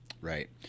right